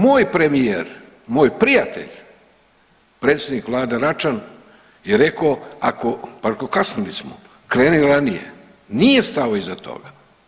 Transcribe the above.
Moj premijer, moj prijatelj predsjednik vlade Račan je reko ako pa reko kasnili smo, kreni ranije, nije stao iza toga.